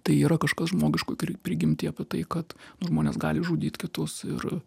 tai yra kažkas žmogiškoj prigimty apie tai kad žmonės gali žudyt kitus ir